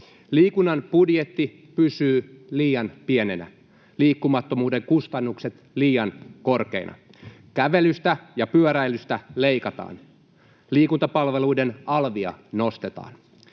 Liikunnan budjetti pysyy liian pienenä, liikkumattomuuden kustannukset liian korkeina. Kävelystä ja pyöräilystä leikataan. Liikuntapalveluiden alvia nostetaan.